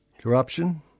corruption